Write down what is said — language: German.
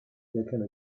erkenne